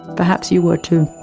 perhaps you were too.